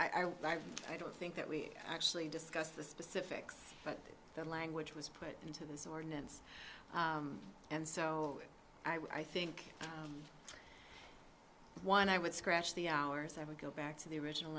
right i don't think that we actually discussed the specifics but the language was put into this ordinance and so i think one i would scratch the hours i would go back to the original